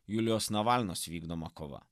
julijos navalinos vykdoma kova